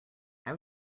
how